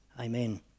Amen